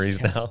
now